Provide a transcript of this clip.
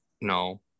no